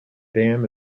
dam